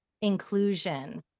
inclusion